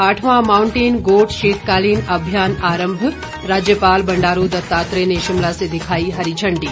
आठवां mountain goat शीतकालीन अभियान आरंभ राज्यपाल बंडारू दत्तात्रेय ने शिमला से दिखाई हरी झंडी